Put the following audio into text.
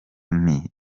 nti